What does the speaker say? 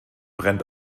brennt